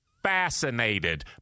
fascinated